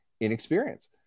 inexperience